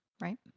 right